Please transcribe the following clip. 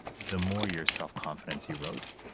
the more your self-confidence erodes.